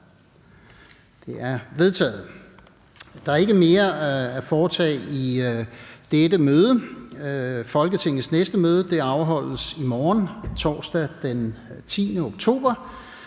Brask): Der er ikke mere at foretage i dette møde. Folketingets næste møde afholdes i morgen, torsdag den 10. oktober